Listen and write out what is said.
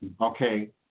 Okay